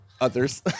others